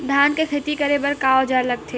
धान के खेती करे बर का औजार लगथे?